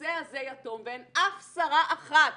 הנושא הזה יתום ואין אף שרה אחת